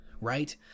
right